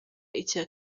icya